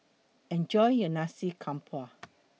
Enjoy your Nasi Campur